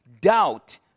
doubt